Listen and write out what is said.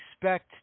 Expect